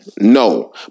no